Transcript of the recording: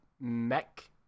mech